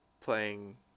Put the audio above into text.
playing –